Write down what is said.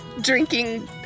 drinking